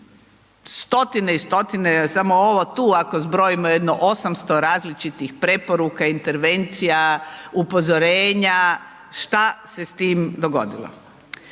stotine i stotine, samo ovo tu ako zbrojimo, jedno 800 različitih preporuka, intervencija, upozorenja, šta se s tim dogodilo?